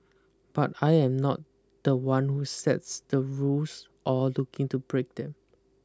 but I am not the one who sets the rules or looking to break them